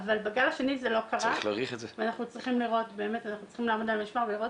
אבל בגל השני זה לא קרה ואנחנו צריכים לעמוד על המשמר ולראות.